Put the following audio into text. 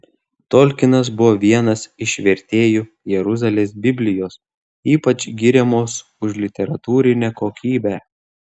tolkinas buvo vienas iš vertėjų jeruzalės biblijos ypač giriamos už literatūrinę kokybę